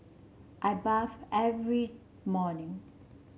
I bathe every morning